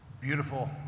beautiful